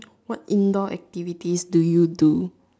what indoor activities do you do